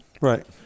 Right